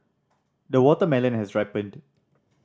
the watermelon has ripened